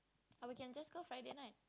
or we can just go Friday night